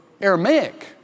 Aramaic